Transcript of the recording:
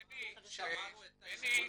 תן לי, עכשיו שמענו את הארגונים.